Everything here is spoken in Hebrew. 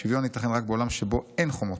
שוויון ייתכן רק בעולם שבו אין חומות,